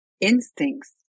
instincts